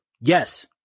Yes